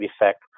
effect